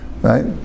right